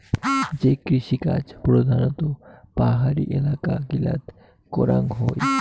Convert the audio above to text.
যে কৃষিকাজ প্রধানত পাহাড়ি এলাকা গিলাত করাঙ হই